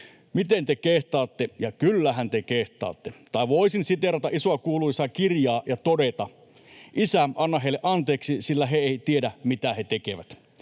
miten te kehtaatte, ja kyllähän te kehtaatte. Tai voisin siteerata isoa kuuluisaa kirjaa ja todeta: ”Isä, anna heille anteeksi, sillä he eivät tiedä, mitä he tekevät.”